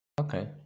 Okay